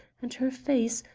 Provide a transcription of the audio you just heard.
and her face,